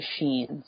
machines